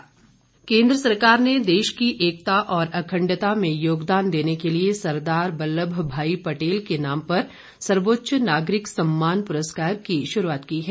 पटेल केन्द्र सरकार ने देश की एकता और अखण्डता में योगदान देने के लिए सरदार वल्लभ भाई पटेल के नाम पर सर्वोच्च नागरिक सम्मान पुरस्कार की शुरूआत की है